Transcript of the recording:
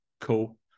cool